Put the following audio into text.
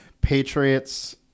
Patriots